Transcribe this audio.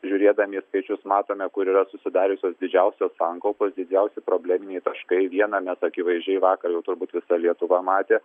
žiūrėdami į skaičius matome kur yra susidariusios didžiausios sankaupos didžiausi probleminiai taškai vieną mes akivaizdžiai vakar jau turbūt visa lietuva matė